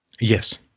Yes